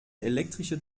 elektrische